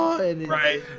Right